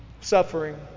Suffering